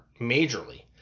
majorly